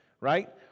right